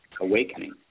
awakening